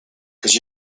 cause